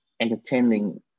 entertaining